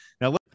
Now